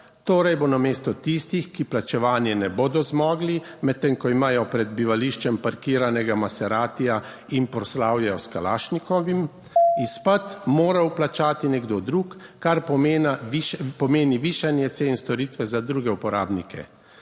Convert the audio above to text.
Torej, bo namesto tistih, ki plačevanja ne bodo zmogli, medtem ko imajo pred bivališčem parkiranega Maseratija in proslavljajo s kalašnikovim, izpad moral plačati nekdo drug, kar pomeni, pomeni višanje cen storitve za druge uporabnike.